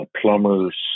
plumbers